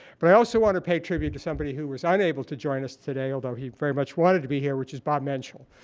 but i also want to pay tribute to somebody who was unable to join us today, although he very much wanted to be here, which is bob menschel.